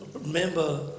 remember